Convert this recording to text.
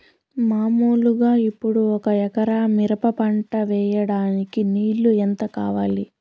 మామూలుగా ఇప్పుడు ఒక ఎకరా మిరప పంట వేయడానికి నీళ్లు ఎంత కావాలి?